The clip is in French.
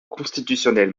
constitutionnelle